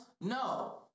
No